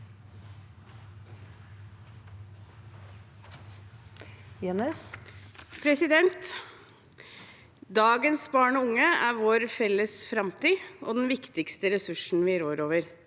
Dagens barn og unge er vår felles framtid og den viktigste ressursen vi rår over.